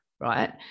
right